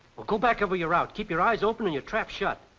well go back over your route. keep your eyes open and your trap shut.